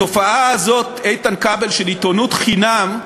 התופעה הזאת, איתן כבל, של עיתונות חינם,